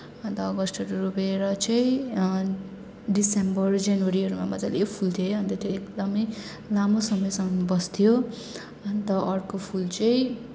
अन्त अगस्तहरू रोपेर चाहिँ दिसम्बर जनवरीहरूमा मजाले फुल्थ्यो है अन्त त्यो एकदमै लामो समयसम्म बस्थ्यो अन्त अर्को फुल चाहिँ